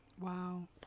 Wow